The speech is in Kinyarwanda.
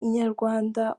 inyarwanda